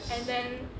yes